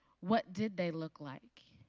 what did they look like?